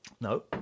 No